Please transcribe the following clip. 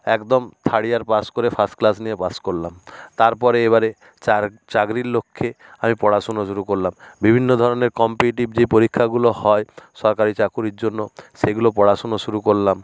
একদম third year pass করে first class নিয়ে পাস করলাম তারপরে এবারে চাকরির লক্ষ্যে আমি পড়াশুনো শুরু করলাম বিভিন্ন ধরনের কম্পিটিটিভ যেই পরীক্ষাগুলো হয় সরকারি চাকুরির জন্য সেগুলো পড়াশুনো শুরু করলাম